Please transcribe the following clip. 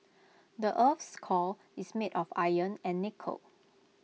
the Earth's core is made of iron and nickel